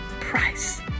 price